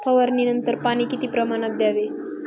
फवारणीनंतर पाणी किती प्रमाणात द्यावे?